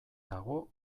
dago